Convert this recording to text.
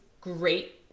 great